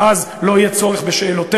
ואז לא יהיה צורך בשאלותיך,